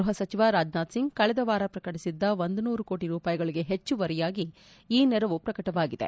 ಗ್ನಹ ಸಚಿವ ರಾಜನಾಥ್ ಸಿಂಗ್ ಕಳೆದ ವಾರ ಪ್ರಕಟಿಸಿದ್ದ ಒಂದನೂರು ಕೋಟಿ ರೂಪಾಯಿಗಳಿಗೆ ಹೆಚ್ಚುವರಿಯಾಗಿ ಈ ನೆರವು ಪ್ರಕಟವಾಗಿದೆ